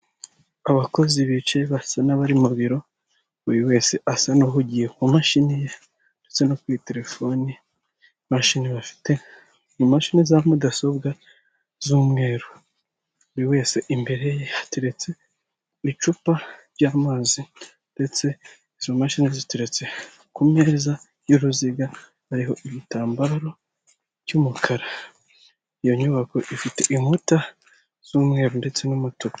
Abakozi bicaye basa n'abari mubiro buri wese asa n'uhugiye ku mashini ye ndetse no kuri telefoni, imashini bafite n'imashini za mudasobwa z'umweru, buri wese imbere ye hateretse icupa ry'amazi ndeste izo mashini ziteretse ku meza y'uruziga hariho igitambaro cy'umukara. iyo nyubako ifite inkuta z'umweru ndetse n'umutuku.